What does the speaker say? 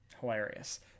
Hilarious